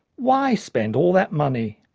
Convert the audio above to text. why spend all that money?